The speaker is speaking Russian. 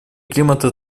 климата